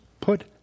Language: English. put